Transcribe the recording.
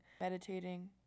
meditating